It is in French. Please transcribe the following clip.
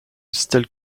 stèle